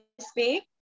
speak